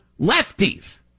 lefties